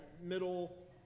middle